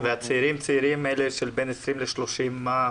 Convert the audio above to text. והצעירים אלה שבין 20 ל-30, מה האחוז?